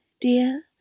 dear